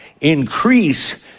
increase